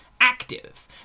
active